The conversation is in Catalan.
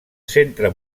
centre